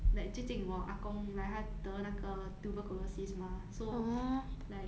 like 最近我阿公 like 他得那个 tuberculosis mah so like